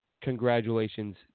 Congratulations